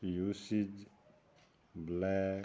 usage black